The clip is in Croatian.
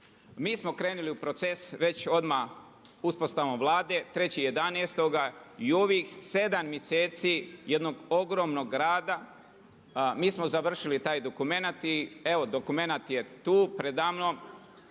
Mi smo krenuli u proces već odmah uspostavom Vlade, 3.11. i u ovih 7 mjeseci jednog ogromnog rada. Mi smo završili taj dokumenat i evo dokumenat je tu predamnom,